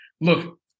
look